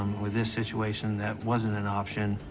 with this situation, that wasn't an option,